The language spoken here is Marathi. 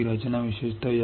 या संरचनेकडे विशेषतः पहा